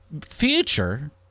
future